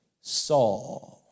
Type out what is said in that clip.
Saul